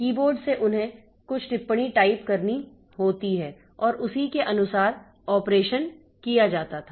keyboard से उन्हें कुछ टिप्पणी टाइप करनी होती है और उसी के अनुसार ऑपरेशन किया जाता था